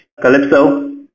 Calypso